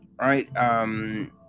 right